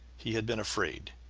he had been afraid,